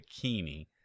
bikini